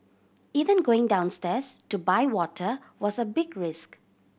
even going downstairs to buy water was a big risk